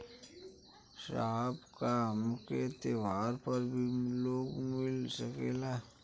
साहब का हमके त्योहार पर भी लों मिल सकेला?